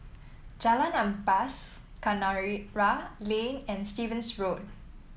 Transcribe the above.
Jalan Ampas Kinara Lane and Stevens Road